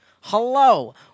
Hello